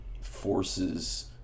forces